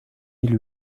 mille